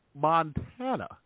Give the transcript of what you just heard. Montana